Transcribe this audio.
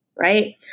Right